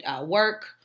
work